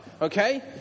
Okay